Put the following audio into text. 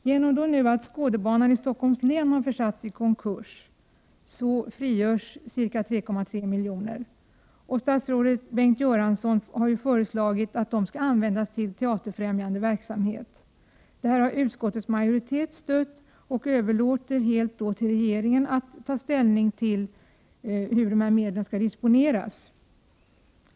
Genom att Skådebanan i Stockholms län har försatts i konkurs frigörs ca 3,3 milj.kr. till andra ändamål. Statsrådet Bengt Göransson har föreslagit att de medlen skall användas till teaterfrämjande verksamhet. Detta uttalande 75 har utskottets majoritet stött, och man överlåter helt åt regeringen att ta ställning till hur de medlen skall disponeras.